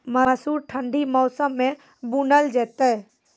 मसूर ठंडी मौसम मे बूनल जेतै?